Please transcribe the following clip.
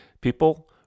people